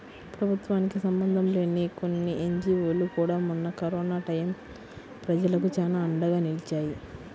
ప్రభుత్వానికి సంబంధం లేని కొన్ని ఎన్జీవోలు కూడా మొన్న కరోనా టైయ్యం ప్రజలకు చానా అండగా నిలిచాయి